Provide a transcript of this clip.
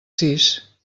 sis